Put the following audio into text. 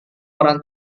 orang